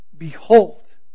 Behold